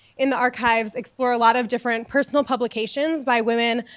in the archives explore a lot of different personal publications by women,